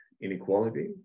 inequality